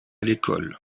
l’école